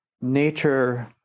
nature